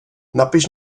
napiš